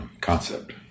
concept